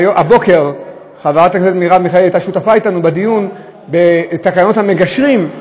הבוקר חברת הכנסת מרב מיכאלי הייתה שותפה אתנו בדיון בתקנות המגשרים,